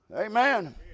Amen